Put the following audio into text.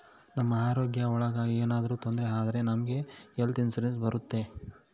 ನಮ್ ಆರೋಗ್ಯ ಒಳಗ ಏನಾದ್ರೂ ತೊಂದ್ರೆ ಆದ್ರೆ ನಮ್ಗೆ ಹೆಲ್ತ್ ಇನ್ಸೂರೆನ್ಸ್ ಬರುತ್ತೆ